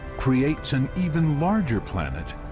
creates an even larger planet,